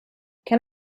can